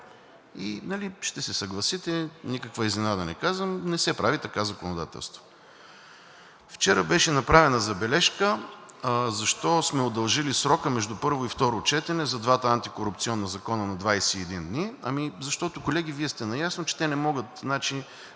И ще се съгласите – никаква изненада не казвам, не се прави така законодателство. Вчера беше направена забележка защо сме удължили срока между първо и второ четене за двата антикорупционни закона на 21 дни? Защото, колеги, Вие сте наясно, че те не могат